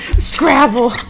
scrabble